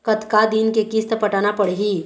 कतका दिन के किस्त पटाना पड़ही?